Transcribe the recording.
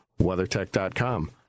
WeatherTech.com